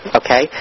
okay